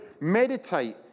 meditate